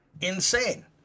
insane